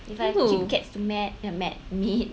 if I keep cats to mat mat mate